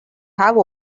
have